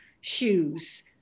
shoes